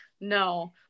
No